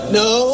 no